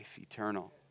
eternal